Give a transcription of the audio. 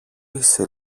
είσαι